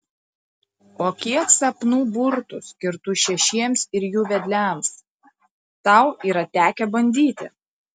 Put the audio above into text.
o kiek sapnų burtų skirtų šešiems ir jų vedliams tau yra tekę bandyti